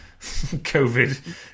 COVID